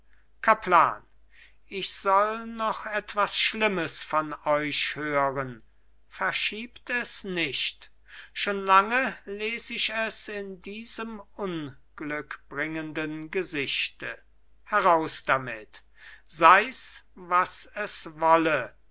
kaplan ich soll noch etwas schlimmes von euch hören verschiebt es nicht schon lange les ich es in diesem unglückbringenden gesichte heraus damit seis was es wolle